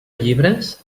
llibres